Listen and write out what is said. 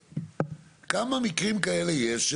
כמה מקרים כאלה יש,